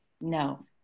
No